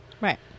Right